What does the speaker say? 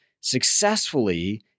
successfully